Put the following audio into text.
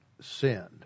sinned